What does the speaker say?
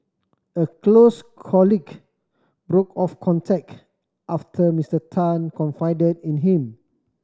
a close colleague broke off contact after Mister Tan confided in him